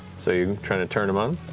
so you're trying to turn him on?